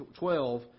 12